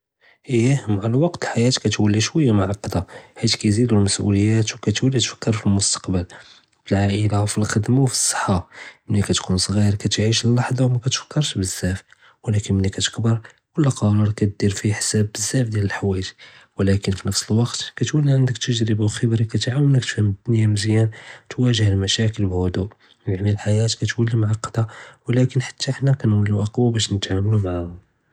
אַיֶּה מַעַ אֶל-וַקְת, אֶל-חַיַاة קַתּוֹלִי שְוִיַّة מְעַקְּדָה, חִית קַיִזִידוּ אֶל-מַסְאוּלִיַּات וְקַתּוֹלִי תְּפַכֵּר פִי אֶל-מֻסְתַקְבַּל, פִי אֶל-עַאִילַה, פִי אֶל-חֻדְמַה וְאֶל-פְּצַחַה. מֵלִי קַתּוּן סְغִיר קַתְעִיש לَحْظָة וְמַתְפַּכֵּרְש בְּزַאף, וּלָקִין מֵלִי קַתְכַבֵּּر כֻּלּוּ קְרַאר קַתְדִיר פִيه חِסָאב בְּزַאף דִיַאל לַחְוָאיִג. וּלָקִין פִי נְפְס אֶל-וַקְת קַתּוֹלִי עַנדַכ תַגְرِبָּה וְחִכְרָה, קַתְעַוְּנַכ תְּפְهַם דּוּנְיָא מְזְיַּאן, תְּוַאֲגِه אֶל-مְشַاكِل בּِهُدُوء. יַעְנִי אֶל-חַיַاة קַתּוֹלִי מְעַקְּדָה, וּלָקִין חַتّى חַנָּא כַּנְוַלּוּ אַקְּוַא בַּשּׁ נְתַעَامְל מְעַהָא.